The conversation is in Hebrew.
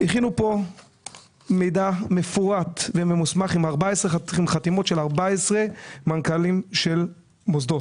הכינו כאן מידע מפורט וממוסמך עם 14 חתימות של 14 מנכ"לים של מוסדות.